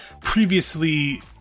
previously